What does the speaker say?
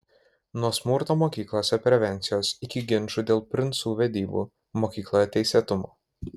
nuo smurto mokyklose prevencijos iki ginčų dėl princų vedybų mokykloje teisėtumo